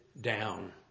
down